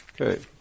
Okay